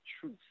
truth